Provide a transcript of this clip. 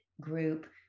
group